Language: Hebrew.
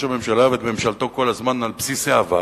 הממשלה ואת ממשלתו כל הזמן על בסיס העבר?